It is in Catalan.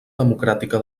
democràtica